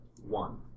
one